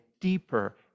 deeper